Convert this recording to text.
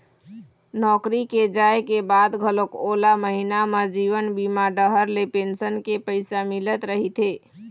नौकरी के जाए के बाद घलोक ओला महिना म जीवन बीमा डहर ले पेंसन के पइसा मिलत रहिथे